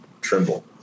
Trimble